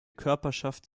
körperschaft